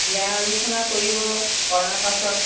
বিয়াৰ আলোচনা কৰিব আৰু কৰাৰ পাছত